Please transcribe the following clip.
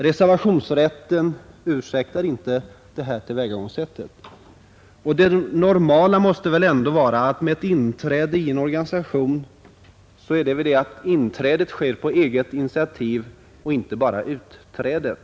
Reservationsrätten ursäktar inte det här tillvägagångssättet. Det normala måste väl ändå vara att också inträdet i en organisation sker på eget initiativ och inte bara utträdet.